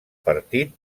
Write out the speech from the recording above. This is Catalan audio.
partit